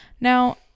Now